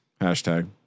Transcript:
hashtag